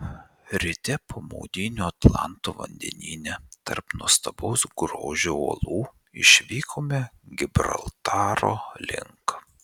ryte po maudynių atlanto vandenyne tarp nuostabaus grožio uolų išvykome gibraltaro link